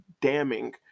damning